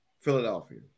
Philadelphia